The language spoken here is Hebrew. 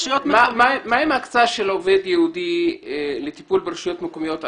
מה עם ההקצאה של עובד ייעודי לטיפול ברשויות המקומיות הערביות?